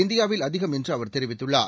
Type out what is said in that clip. இந்தியாவில் அதிகம் என்று அவர் தெரிவித்துள்ளார்